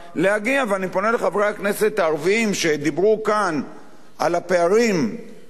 ואני פונה לחברי הכנסת הערבים שדיברו כאן על הפערים הקיימים